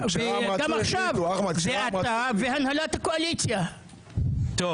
מה פתאום, כשרע"ם רצו החליטו, אחמד.